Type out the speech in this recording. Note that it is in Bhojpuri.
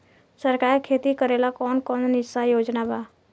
सरकार के खेती करेला कौन कौनसा योजना बा?